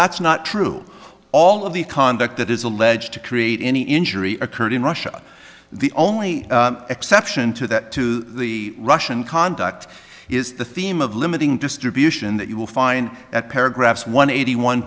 that's not true all of the conduct that is alleged to create any injury occurred in russia the only exception to that to the russian conduct is the theme of limiting distribution that you will find at paragraphs one eighty one